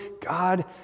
god